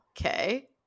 okay